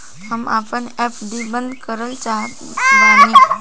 हम आपन एफ.डी बंद करल चाहत बानी